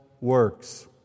works